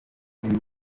ndetse